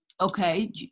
Okay